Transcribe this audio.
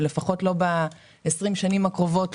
לפחות לא ב-20 השנים הקרובות,